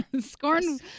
scorn